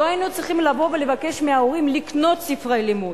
לא היינו צריכים לבוא ולבקש מההורים לקנות ספרי לימוד.